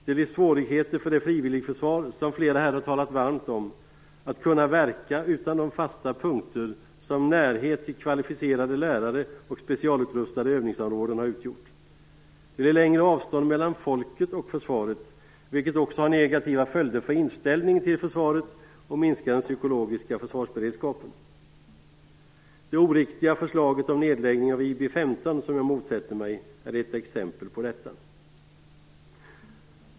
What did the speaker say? Det blir svårigheter för det frivilligförsvar som flera här har talat varmt om att kunna verka utan de fasta punkter som närhet till kvalificerade lärare och specialutrustade övningsområden har utgjort. Det blir längre avstånd mellan folket och försvaret vilket också har negativa följder för inställningen till försvaret och minskar den psykologiska försvarsberedskapen. Det oriktiga förslaget om nedläggningen av IB 15, som jag motsätter mig, är ett exempel på detta.